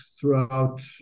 throughout